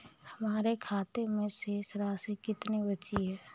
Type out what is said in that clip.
हमारे खाते में शेष राशि कितनी बची है?